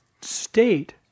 state